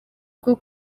bwo